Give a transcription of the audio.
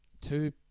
two